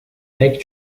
pek